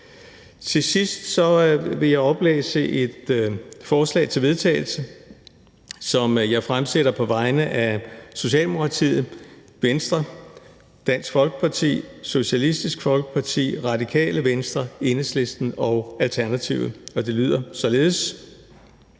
Til sidst vil jeg oplæse et forslag til vedtagelse, som jeg fremsætter på vegne af Socialdemokratiet, Venstre, Dansk Folkeparti, Socialistisk Folkeparti, Radikale Venstre, Enhedslisten og Alternativet. Det lyder således: